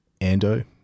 Ando